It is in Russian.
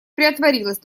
приотворилась